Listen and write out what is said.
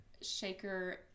Shaker